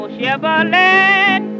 Chevrolet